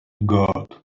gold